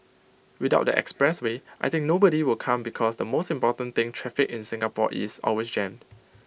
without the expressway I think nobody will come because the most important thing traffic in Singapore is always jammed